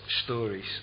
stories